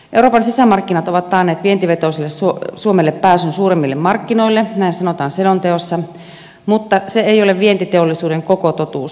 euroopan sisämarkkinat ovat taanneet vientivetoiselle suomelle pääsyn suuremmille markkinoille näin sanotaan selonteossa mutta se ei ole vientiteollisuuden koko totuus